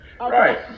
Right